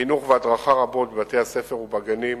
חינוך והדרכה רבות בבתי-הספר ובגנים,